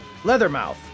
Leathermouth